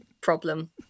problem